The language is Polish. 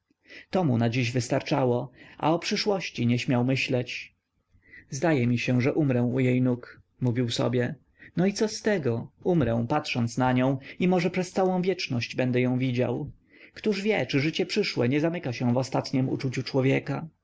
to mu na dziś wystarczało a o przyszłości nie śmiał myśleć zdaje mi się że umrę u jej nóg mówił sobie no i co z tego umrę patrząc na nią i może przez całą wieczność będę ją widział któż wie czy życie przyszłe nie zamyka się w ostatniem uczuciu człowieka